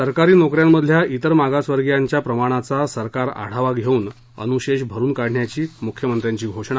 सरकारी नोक यांमधल्या ज्ञेर मागासवर्गीयांच्या प्रमाणाचा सरकार आढावा घेऊन अनुशेष भरून काढण्याची मुख्यमंत्र्यांची घोषणा